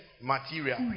material